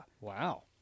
Wow